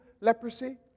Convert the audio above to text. leprosy